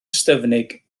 ystyfnig